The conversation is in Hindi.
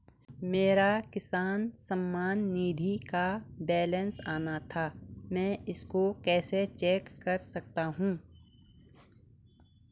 मेरा किसान सम्मान निधि का बैलेंस आना था मैं इसको कैसे चेक कर सकता हूँ?